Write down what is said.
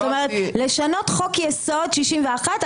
לשנות חוק יסוד 61,